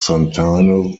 sentinel